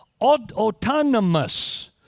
Autonomous